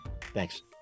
Thanks